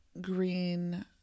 green